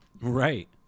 Right